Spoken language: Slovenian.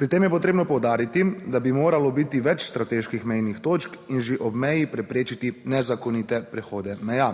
Pri tem je potrebno poudariti, da bi moralo biti več strateških mejnih točk in že ob meji preprečiti nezakonite prehode meja.